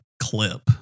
Clip